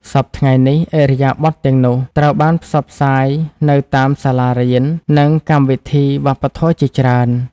សព្វថ្ងៃនេះ ឥរិយាបថទាំងនោះត្រូវបានផ្សព្វផ្សាយនៅតាមសាលារៀន និងកម្មវិធីវប្បធម៌ជាច្រើន។